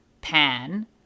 pan